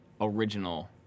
original